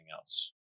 else